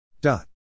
Dot